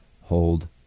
hold